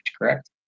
correct